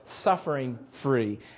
suffering-free